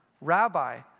Rabbi